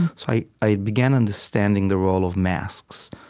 so i i began understanding the role of masks,